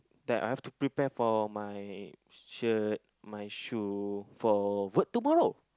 that I have to prepare for my shirt my shoe for work tomorrow